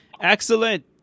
Excellent